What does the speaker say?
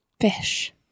Fish